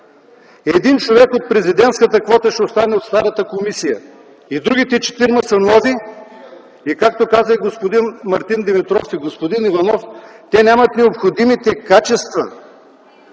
Един човек от президентската квота ще остане в старата комисия. Другите четирима са нови. Както казаха господин Мартин Димитров и господин Иванов, те нямат необходимите качества